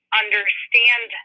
understand